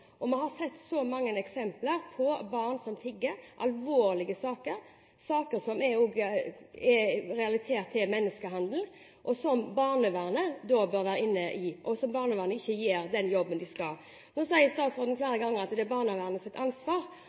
Vi har sett mange eksempler på barn som tigger – alvorlige saker, saker som er relatert til menneskehandel, og som barnevernet bør være inne i, men der barnevernet ikke gjør den jobben de skal. Nå sier statsråden flere ganger at det er barnevernets ansvar, og jeg håper for all del at barnevernet